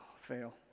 fail